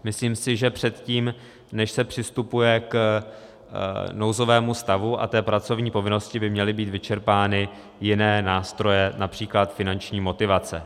Myslím si, že předtím, než se přistupuje k nouzovému stavu a pracovní povinnosti, by měly být vyčerpány jiné nástroje, například finanční motivace.